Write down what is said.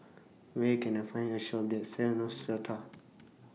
Where Can I Find A Shop that sells Neostrata